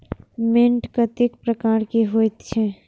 मैंट कतेक प्रकार के होयत छै?